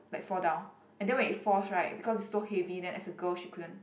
like fall down and then when it falls right because it's so heavy then as a girl she couldn't